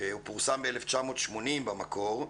שפורסם ב-1980 במקור,